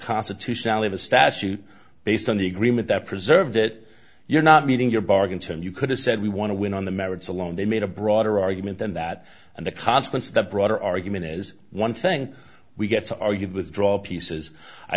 constitutional of a statute based on the agreement that preserved it you're not meeting your bargain tim you could have said we want to win on the merits alone they made a broader argument than that and the consequence of that broader argument is one thing we gets argued withdrawal pieces i